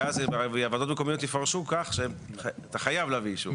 כי אז ועדות מקומיות יפרשו כך שאתה חייב להביא אישור.